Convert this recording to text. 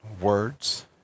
words